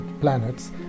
planets